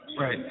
Right